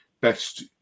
best